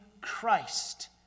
Christ